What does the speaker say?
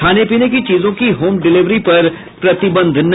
खाने पीने की चीजों की होम डिलेवरी पर प्रतिबंध नहीं